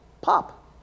pop